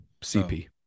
CP